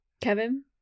Kevin